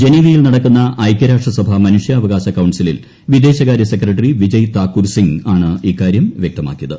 ജനീവയിൽ നടക്കുന്ന ഐക്യരാഷ്ട്രസഭ മനുഷ്യാവകാശ കൌൺസിലിൽ വിദേശകാര്യ സെക്രട്ടറി വിജയ് താക്കൂർ സിംഗ് ആണ് ഇക്കാര്യം വ്യക്തമ്റ്ക്കിയത്